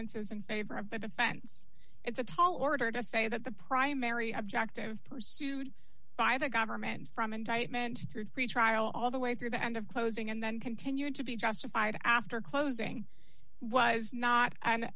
inferences in favor of the defense it's a tall order to say that the primary objective pursued by the government from indictment through pretrial all the way through the end of closing and then continuing to be justified after closing was not